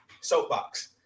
Soapbox